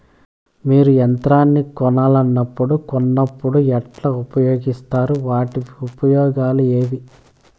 మీరు యంత్రాన్ని కొనాలన్నప్పుడు ఉన్నప్పుడు ఎట్లా ఉపయోగిస్తారు వాటి ఉపయోగాలు ఏవి?